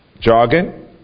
jargon